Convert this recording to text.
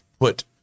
put